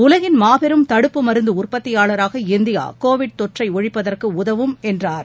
உலகின் மாபெரும் தடுப்பு மருந்து உற்பத்தியாளராக இந்தியா கோவிட் தொற்றை ஒழிப்பதற்கு உதவும் என்றார்